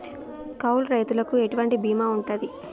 కౌలు రైతులకు ఎటువంటి బీమా ఉంటది?